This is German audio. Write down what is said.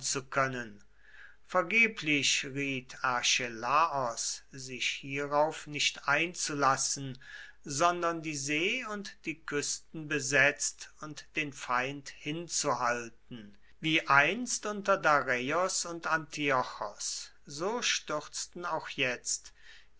zu können vergeblich riet archelaos sich hierauf nicht einzulassen sondern die see und die küsten besetzt und den feind hinzuhalten wie einst unter dareios und antiochos so stürzten auch jetzt